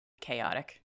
chaotic